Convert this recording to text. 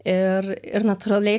ir ir natūraliai